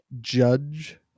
judge